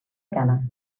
ghana